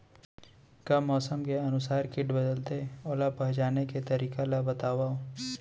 का मौसम के अनुसार किट बदलथे, ओला पहिचाने के तरीका ला बतावव?